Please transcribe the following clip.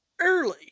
early